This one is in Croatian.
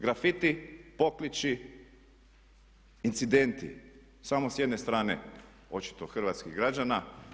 Grafiti, pokliči, incidenti samo s jedne strane očito hrvatskih građana.